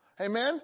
Amen